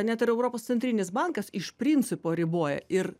net ir europos centrinis bankas iš principo riboja ir